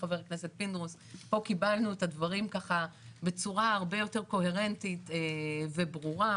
פה קיבלנו את הדברים בצורה הרבה יותר קוהרנטית וברורה.